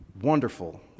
wonderful